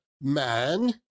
man